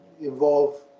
involve